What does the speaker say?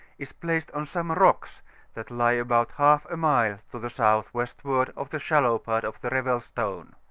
is placed on some rocks that lie about half-a-mile to the south-westward of the shallow part of the revel stone.